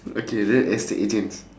okay real estate agents